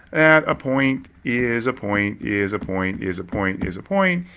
and a point is a point is a point is a point is a point,